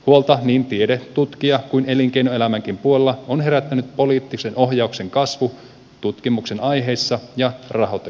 huolta niin tiede tutkija kuin elinkeinoelämänkin puolella on herättänyt poliittisen ohjauksen kasvu tutkimuksen aiheissa ja rahoituksessa